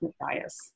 bias